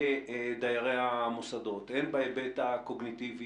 בדיירי המוסדות הן בהיבט הקוגניטיבי,